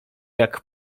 jak